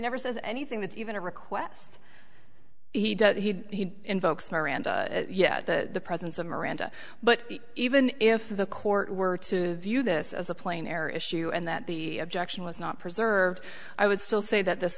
never says anything that even a request he did he invokes miranda yet the presence of miranda but even if the court were to view this as a plain air issue and that the objection was not preserved i would still say that this